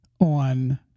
on